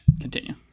continue